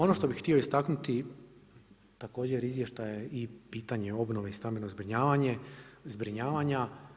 Ono što bih htio istaknuti također izvještaj i pitanje obnove i stambeno zbrinjavanje, zbrinjavanja.